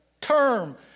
term